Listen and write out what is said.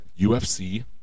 UFC